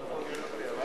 נמצא.